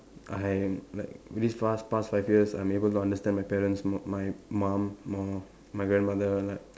I am like with this past past five years I'm able to understand my parents m~ my mum more my grandmother like